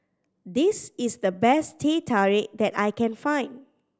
this is the best Teh Tarik that I can find